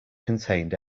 contained